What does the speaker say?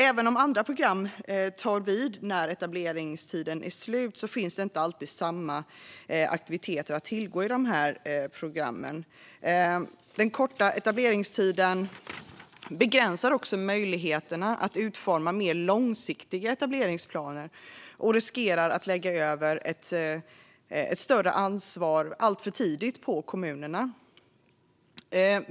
Även om andra program tar vid när etableringstiden tar slut finns inte alltid samma aktiviteter att tillgå i de här programmen. Den korta etableringstiden begränsar också möjligheterna att utforma mer långsiktiga etableringsplaner och riskerar att lägga över ett större ansvar, alltför tidigt, på kommunerna.